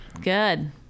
Good